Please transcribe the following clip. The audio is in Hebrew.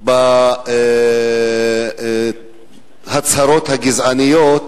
בהצהרות הגזעניות